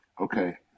Okay